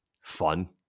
fun